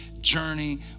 journey